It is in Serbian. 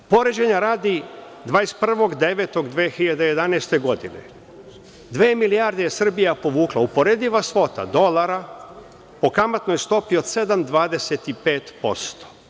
Poređenja radi, 21.09.2011. godine, dve milijarde je Srbija povukla, uporediva svota dolara po kamatnoj stopi od 7,25%